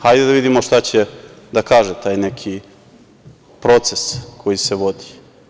Hajde da vidimo šta će da kaže taj neki proces koji se vodi.